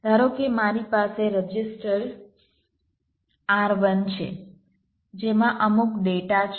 ધારો કે મારી પાસે રજીસ્ટર R1 છે જેમાં અમુક ડેટા છે